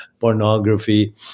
pornography